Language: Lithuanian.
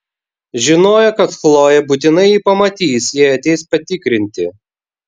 žinojo kad chlojė būtinai jį pamatys jei ateis patikrinti